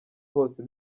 hose